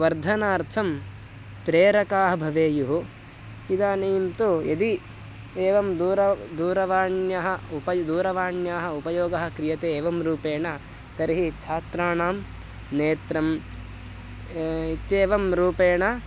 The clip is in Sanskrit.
वर्धनार्थं प्रेरकाः भवेयुः इदानीं तु यदि एवं दूर दूरवाण्याः उप दूरवाण्याः उपयोगः क्रियते एवं रूपेण तर्हि छात्राणां नेत्रम् इत्येवं रूपेण